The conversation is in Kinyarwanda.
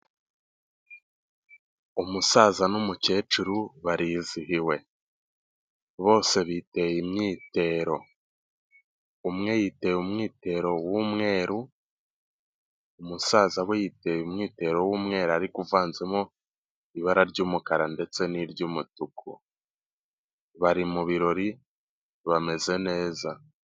Umusaza n'umukecuru barizihiwe, bose bite imyitero, umwe yitera umwitero w'umweru, umusaza we yiteye umwitero w'umweru ariko uvanzemo ibara ry'umukara ndetse n'iry'umutuku bari mu birori bameze neza.